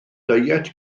diet